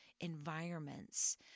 environments